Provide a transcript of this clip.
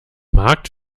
markt